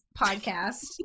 podcast